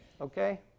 Okay